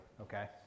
okay